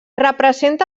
representa